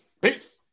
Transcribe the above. Peace